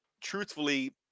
truthfully